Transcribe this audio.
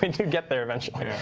we do get there eventually.